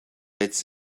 its